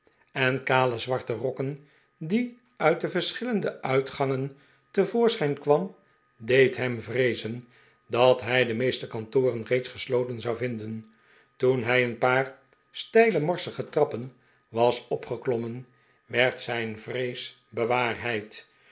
en kale zwarte rokken die uit de verschillende uitgangen te voorschijn kwam deed hem vreezen dat hij de'meeste kantoren reeds gesloten zou vinden toen hij een paar steile morsige trappen was opgeklommen werd zijn vrees bewaarheid